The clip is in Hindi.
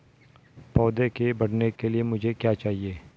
पौधे के बढ़ने के लिए मुझे क्या चाहिए?